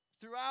Throughout